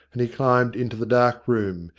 and he climbed into the dark room,